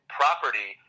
property